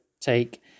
take